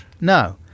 no